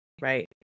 right